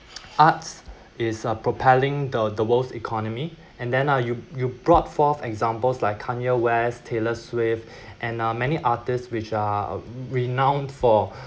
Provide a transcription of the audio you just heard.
arts is uh propelling the the world's economy and then uh you you brought forth examples like kanye west taylor swift and uh many artists which are renowed for